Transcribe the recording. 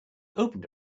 opened